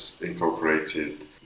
incorporated